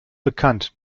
bekannt